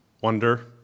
wonder